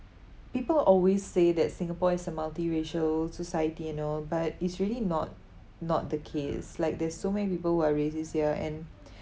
people always say that singapore is a multiracial society and all but it's really not not the case like there's so many people who are racist here and